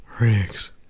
riggs